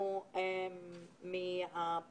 הנתונים של קרן ההלוואות מנוהלים על ידי החשכ"ל,